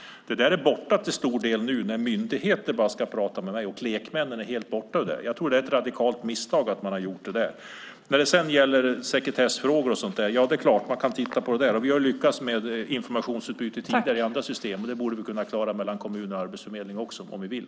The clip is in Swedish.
Det är till stor del borta nu när enbart myndigheter ska prata. Lekmännen är helt borta från det. Jag tror att det var ett radikalt misstag att göra den ändringen. När det sedan gäller sekretessfrågor och sådant kan man naturligtvis titta på det. Vi har tidigare i andra system lyckats med informationsutbyte, och det borde vi kunna klara mellan kommunerna och Arbetsförmedlingen också om vi vill.